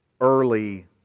early